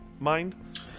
mind